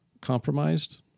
compromised